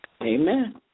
Amen